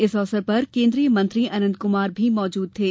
इस अवसर पर केन्द्रीय मंत्री अनंत कुमार हेगडे भी मौजूद थे